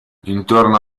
intorno